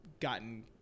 gotten